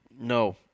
No